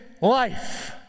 life